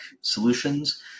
solutions